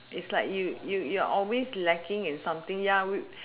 is like you you you're always lacking in something ya we